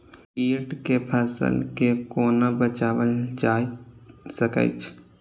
कीट से फसल के कोना बचावल जाय सकैछ?